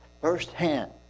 firsthand